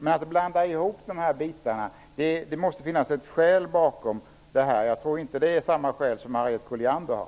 Det måste finnas ett skäl till att socialdemokraterna blandar ihop de här bitarna, och jag tror inte att det är fråga om samma skäl som Harriet Colliander har.